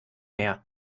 mehr